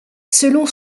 selon